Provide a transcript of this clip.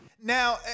now